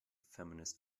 feminist